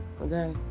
okay